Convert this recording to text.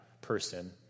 person